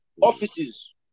offices